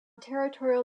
territorial